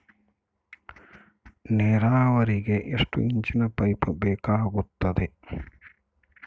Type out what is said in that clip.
ನೇರಾವರಿಗೆ ಎಷ್ಟು ಇಂಚಿನ ಪೈಪ್ ಬೇಕಾಗುತ್ತದೆ?